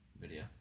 video